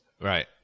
right